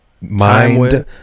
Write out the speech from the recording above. mind